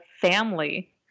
family